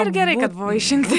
ir gerai kad buvo išjungti